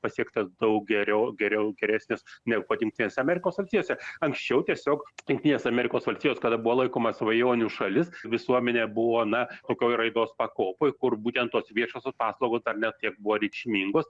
pasiektas daug geriau geriau geresnis negu kad jungtinėse amerikos valstijose anksčiau tiesiog jungtinės amerikos valstijos kada buvo laikoma svajonių šalis visuomenė buvo na tokioj raidos pakopoj kur būtent tos viešosios paslaugos dar ne tiek buvo reikšmingos